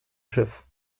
schiff